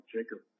Jacob